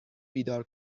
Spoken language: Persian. بیدار